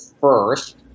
first